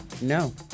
No